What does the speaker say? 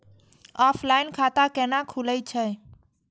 Offline खाता कैना खुलै छै?